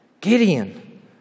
Gideon